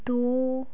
ਦੋ